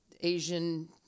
Asian